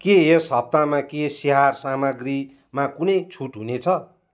के यस हप्तामा केश स्याहार सामाग्रीमा कुनै छुट हुने छ